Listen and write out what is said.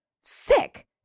Sick